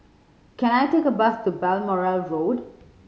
can I take a bus to Balmoral Road